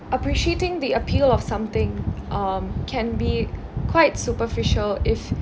appreciating the appeal of something um can be quite superficial if